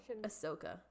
Ahsoka